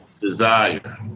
desire